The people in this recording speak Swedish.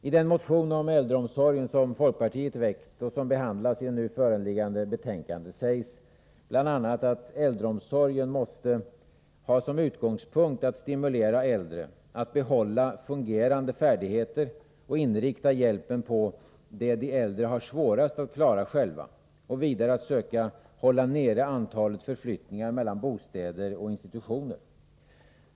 I den motion om äldreomsorgen som folkpartiet väckt och som behandlas i nu föreliggande betänkande sägs bl.a. att äldreomsorgen måste ha som utgångspunkt att man skall stimulera äldre att behålla fungerande färdigheter och inrikta hjälpen på det de äldre har svårast att klara själva och vidare att söka hålla nere antalet förflyttningar mellan bostäder och institutioner.